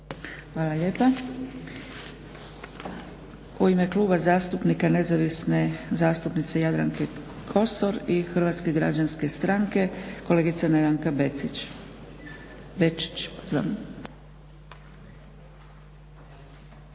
Hvala lijepa. U ime Kluba zastupnika nezavisne zastupnice Jadranke Kosor i Hrvatske građanske stranke kolegica Nevenka Bečić. **Bečić, Nevenka